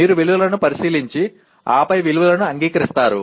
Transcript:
మీరు విలువలను పరిశీలించి ఆపై విలువలను అంగీకరిస్తారు